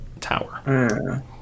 tower